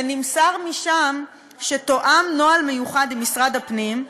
ונמסר משם שתואם נוהל מיוחד עם משרד הפנים,